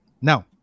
now